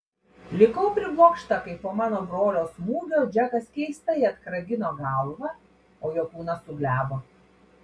likau priblokšta kai po mano brolio smūgio džekas keistai atkragino galvą o jo kūnas suglebo